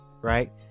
Right